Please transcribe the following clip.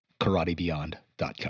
KarateBeyond.com